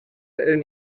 eren